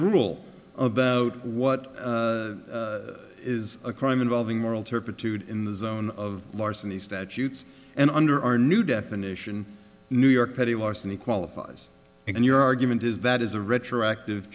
rules about what is a crime involving moral turpitude in the zone of larceny statutes and under our new definition new york petty larceny qualifies and your argument is that is a retroactive